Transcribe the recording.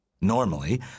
Normally